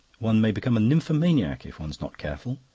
one may become a nymphomaniac if one's not careful.